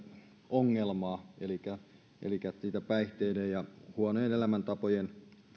ongelmaa elikkä elikkä päihteiden ja huonojen elämäntapojen